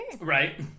Right